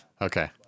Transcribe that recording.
Okay